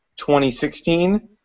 2016